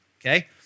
okay